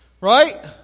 right